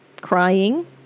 crying